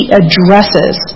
addresses